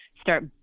start